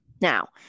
now